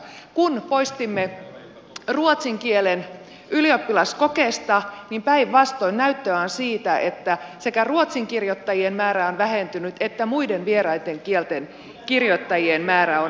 kun poistimme ruotsin kielen ylioppilaskokeesta niin päinvastoin näyttöä on siitä että sekä ruotsin kirjoittajien määrä että muiden vieraiden kielten kirjoittajien määrä on vähentynyt